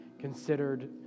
considered